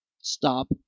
stop